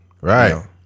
Right